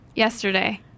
Yesterday